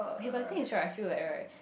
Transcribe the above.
okay but then thing is right I feel like right